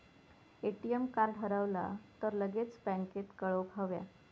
ATM card हरवला तर लगेच बँकेत कळवुक हव्या